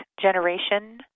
Generation